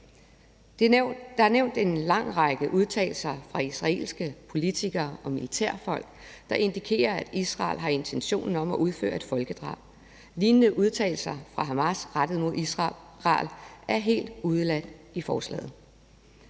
Der er nævnt en lang række udtalelser fra israelske politikere og militærfolk, der indikerer, at Israel har intention om at udføre et folkedrab. Lignende udtalelser fra Hamas rettet mod Israel er helt udeladt i forslaget.